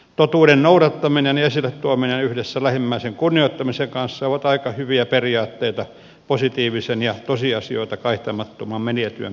totuuden noudattaminen ja esille tuominen yhdessä lähimmäisen kunnioittamisen kanssa ovat aika hyviä periaatteita positiivisen ja tosiasioita kaihtamattoman mediatyön perustaksi